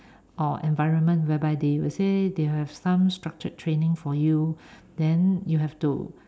or environment whereby they will say they have some structured training for you then you have to